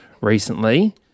recently